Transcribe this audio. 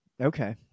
Okay